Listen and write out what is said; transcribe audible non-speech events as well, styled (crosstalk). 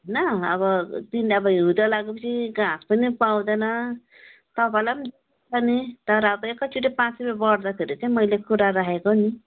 हैन अब तिन अब हिउँद लागेपछि घाँस पनि पाउँदैन तपाईँलाई पनि (unintelligible) छ नि तर अब एकैचोटि पाँच रुपियाँ बढ्दाखेरि चाहिँ मैले कुरा राखेको नि